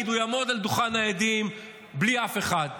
הוא יעמוד על דוכן העדים בלי אף אחד,